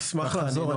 אשמח לעזור.